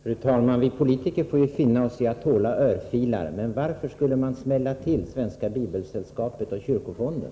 Fru talman! Vi politiker får finna oss i att tåla örfilar. Men varför skulle man smälla till Svenska bibelsällskapet och kyrkofonden?